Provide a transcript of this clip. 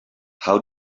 how